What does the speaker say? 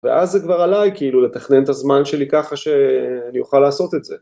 ואז זה כבר עליי כאילו, לתכנן את הזמן שלי ככה שאני אוכל לעשות את זה.